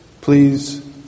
please